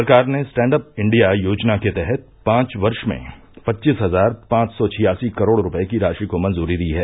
सरकार ने stand up India योजना के तहत पांच वर्ष में पच्चीस हजार पांच सौ छियासी करोड़ रुपये की राशि को मंजूरी दी है